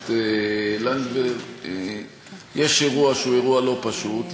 הכנסת לנדבר, יש אירוע שהוא לא פשוט.